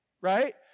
Right